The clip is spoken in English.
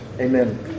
Amen